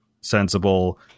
sensible